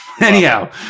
Anyhow